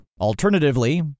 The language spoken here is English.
Alternatively